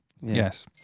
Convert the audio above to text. yes